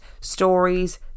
stories